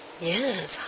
Yes